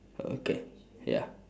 okay ya